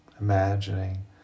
imagining